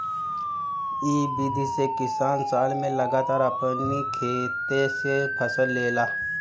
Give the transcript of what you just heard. इ विधि से किसान साल में लगातार अपनी खेते से फसल लेला